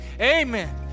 Amen